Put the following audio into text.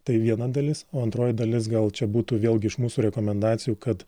tai viena dalis o antroji dalis gal čia būtų vėlgi iš mūsų rekomendacijų kad